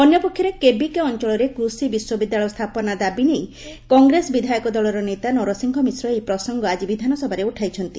ଅନ୍ୟ ପକ୍ଷରେ କେବିକେ ଅଞ୍ଚଳରେ କୃଷି ବିଶ୍ୱବିଦ୍ୟାଳୟ ସ୍ରାପନା ଦାବି ନେଇ କଂଗ୍ରେସ ବିଧାୟକ ଦଳର ନେତା ନରସିଂହ ମିଶ୍ର ଏହି ପ୍ରସଙ୍ଙ ଆଜି ବିଧାନସଭାରେ ଉଠାଇଛନ୍ତି